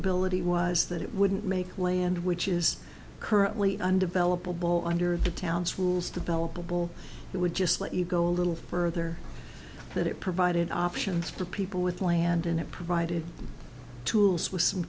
ability was that it wouldn't make land which is currently undeveloped will bow under the town's rules developable it would just let you go a little further that it provided options for people with land and it provided tools with some